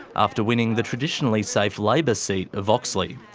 after winning the traditionally safe labor seat of oxley.